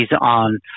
on